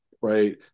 right